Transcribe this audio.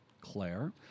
Claire